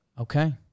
Okay